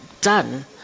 done